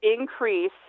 increase